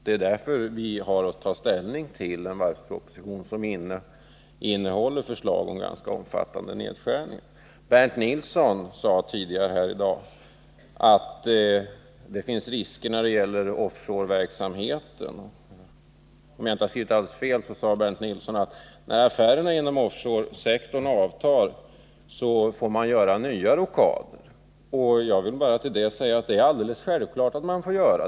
Det är därför vi har att ta ställning till en varvsproposition som innehåller förslag till ganska omfattande nedskärningar. Bernt Nilsson sade att det finns risker när det gäller offshoreverksamheten. Om jag inte minns fel sade Bernt Nilsson att när affärerna inom offshoresektorn avtar får man göra nya rockader. Ja, det är alldeles självklart.